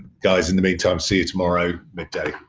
guys, in the meantime, see you tomorrow, midday.